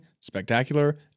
spectacular